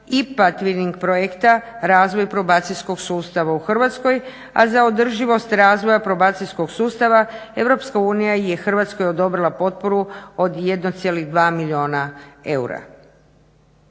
IPA TWINNING projekta razvoj probacijskog sustava u Hrvatskoj a za održivost razvoja probacijskog sustava EU je Hrvatskoj odobrila potporu od 1,2 milijuna eura.